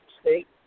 state